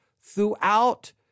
throughout